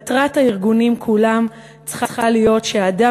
מטרת הארגונים כולם צריכה להיות שהאדם